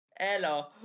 Hello